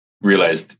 realized